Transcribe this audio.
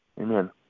Amen